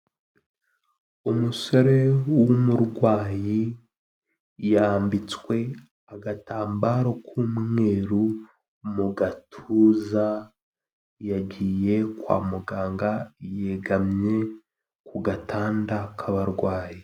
Umusore w'umurwayi yambitswe agatambaro k'umweru mu gatuza yagiye kwa muganga yegamye ku gatanda k'abarwayi.